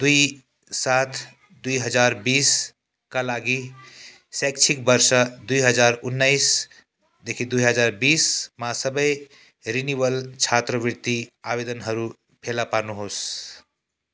दुई सात दुई हजार बिसका लागि शैक्षिक वर्ष दुई हजार उन्नाइसदेखि दुई हजार बिसमा सबै रिनिवल छात्रवृति आवेदनहरू फेला पार्नुहोस्